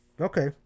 Okay